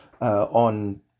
on